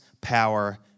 power